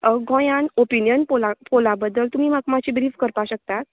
गोंयान ओपिनीयन पोला पोला बद्दल तुमी म्हाका मातशी ब्रीफ करपा शकतात